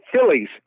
Phillies